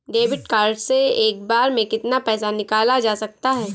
Debit card से एक बार में कितना पैसा निकाला जा सकता है?